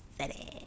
city